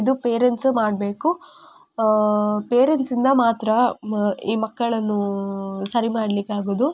ಇದು ಪೇರೆಂಟ್ಸು ಮಾಡಬೇಕು ಪೇರೆಂಟ್ಸಿಂದ ಮಾತ್ರ ಮೊ ಈ ಮಕ್ಕಳನ್ನು ಸರಿ ಮಾಡ್ಲಿಕ್ಕೆ ಆಗುವುದು